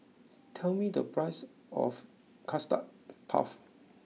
tell me the price of Custard Puff